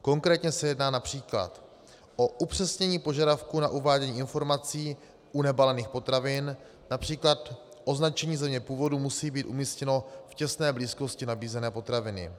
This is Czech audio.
Konkrétně se jedná například o upřesnění požadavků na uvádění informací u nebalených potravin, například označení země původu musí být umístěno v těsné blízkosti nabízené potraviny.